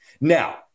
Now